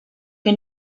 que